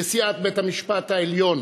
נשיאת בית-המשפט העליון